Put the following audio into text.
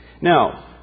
Now